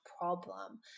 problem